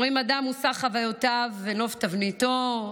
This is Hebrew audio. אומרים: אדם הוא סך חוויותיו ותבנית נוף מולדתו,